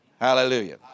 Hallelujah